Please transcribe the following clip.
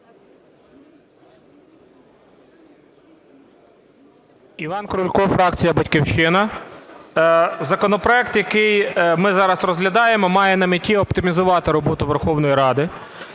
Іван Крулько, фракція "Батьківщина". Законопроект, який ми зараз розглядаємо, має на меті оптимізувати роботу Верховної Ради.